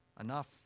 Enough